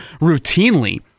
routinely